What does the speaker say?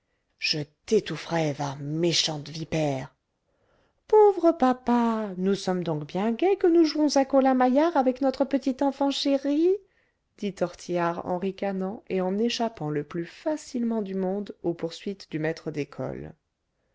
je t'étoufferai va méchante vipère pauvre papa nous sommes donc bien gai que nous jouons à colin-maillard avec notre petit enfant chéri dit tortillard en ricanant et en échappant le plus facilement du monde aux poursuites du maître d'école